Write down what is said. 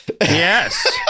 Yes